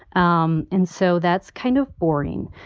um and so that's kind of boring.